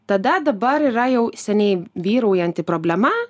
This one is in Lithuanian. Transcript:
tada dabar yra jau seniai vyraujanti problema